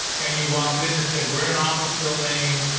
and you walked in and said, we're in an office building,